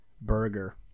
burger